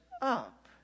up